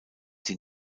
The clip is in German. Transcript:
die